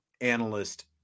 analyst